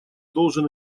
должен